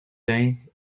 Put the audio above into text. day